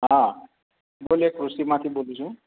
હા બોલીએ કૃષિમાંથી બોલું છુ